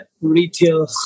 retail